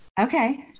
Okay